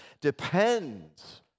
depends